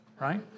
right